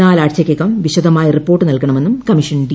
നാല് ആഴ്ചയ്ക്കുകം വിശദമായ റിപ്പോർട്ട് നൽകണമെന്നും കമ്മീഷൻ ഡി